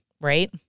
Right